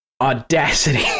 Audacity